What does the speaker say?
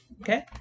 okay